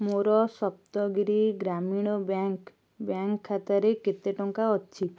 ମୋର Saptagiri Grameena bank bank ଖାତାରେ କେତେ ଟଙ୍କା ଅଛି